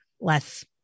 less